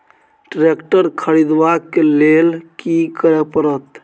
Tractor खरीदबाक लेल की करय परत?